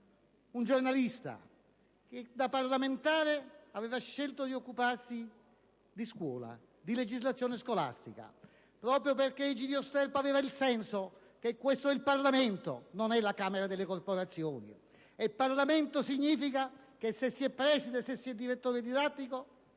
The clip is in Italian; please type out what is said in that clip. un giornalista che da parlamentare aveva scelto di occuparsi di scuola, di legislazione scolastica, proprio perché Egidio Sterpa sentiva che questo è il Parlamento e non la Camera delle corporazioni, e Parlamento significa che, se si è preside a direttore didattico,